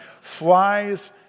flies